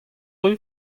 ruz